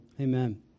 Amen